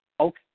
Okay